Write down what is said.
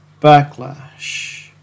backlash